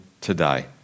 today